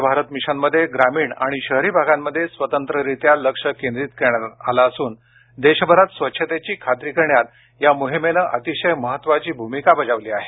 स्वच्छ भारत मिशनमध्ये ग्रामीण आणि शहरी भागांमध्ये स्वतंत्ररित्या लक्ष केंद्रित करण्यात आलं असून देशभरात स्वच्छतेची खात्री करण्यात या मोहिमेनं अतिशय महत्वाची भूमिका बजावली आहे